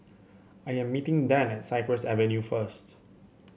I am meeting Dann at Cypress Avenue first